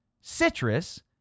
citrus